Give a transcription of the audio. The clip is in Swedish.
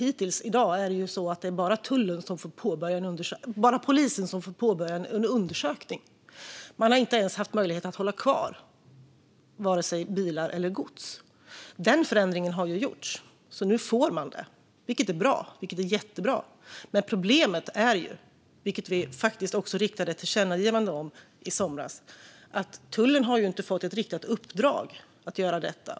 I dag är det bara polisen som får påbörja en undersökning, och tullen har inte ens haft möjlighet att hålla kvar vare sig bilar eller gods. Den förändringen har ju gjorts, så nu får man det. Det är jättebra. Problemet är dock, vilket vi faktiskt riktade ett tillkännagivande om i somras, att tullen inte har fått ett riktat uppdrag att göra detta.